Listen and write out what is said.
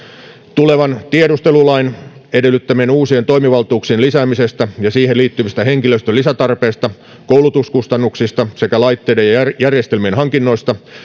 tulevan tiedustelulain edellyttämien uusien toimivaltuuksien lisäämisestä ja siihen liittyvistä henkilöstön lisätarpeista koulutuskustannuksista sekä laitteiden ja järjestelmien hankinnoista